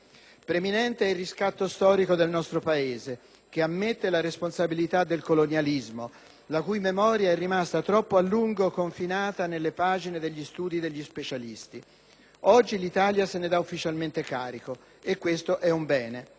Preminente è il riscatto storico del nostro Paese, che ammette le responsabilità del colonialismo, la cui memoria è rimasta troppo a lungo confinata nelle pagine degli studi degli specialisti. Oggi l'Italia se ne dà ufficialmente carico, e questo è un bene.